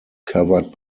covered